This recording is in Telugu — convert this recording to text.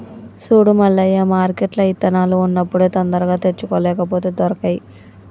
సూడు మల్లయ్య మార్కెట్ల ఇత్తనాలు ఉన్నప్పుడే తొందరగా తెచ్చుకో లేపోతే దొరకై